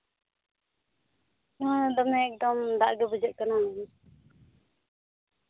ᱦᱮᱸ ᱫᱚᱢᱮ ᱮᱠᱫᱚᱢ ᱫᱟᱜ ᱜᱮ ᱵᱩᱡᱷᱟᱹᱜ ᱠᱟᱱᱟ